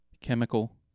chemical